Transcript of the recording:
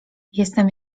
jestem